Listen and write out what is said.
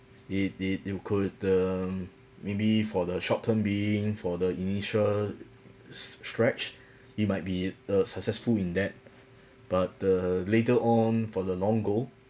it it you could um maybe for the short term being for the initial stretch it might be uh successful in that but the later on for the long goal